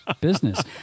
business